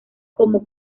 como